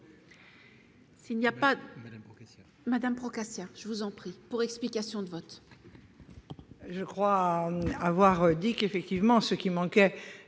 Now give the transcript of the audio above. madame Procap certes, je vous en prie pour explication de vote. Je crois avoir dit qu'effectivement ce qui manquait